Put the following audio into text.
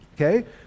Okay